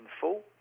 full